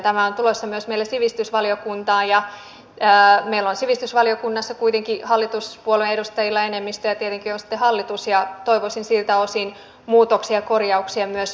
tämähän on tulossa myös meille sivistysvaliokuntaan ja meillä on sivistysvaliokunnassa kuitenkin hallituspuolueiden edustajilla enemmistö ja tietenkin on sitten hallitus ja toivoisin siltä osin muutoksia ja korjauksia myös valiokuntavaiheessa